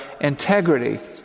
integrity